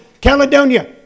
Caledonia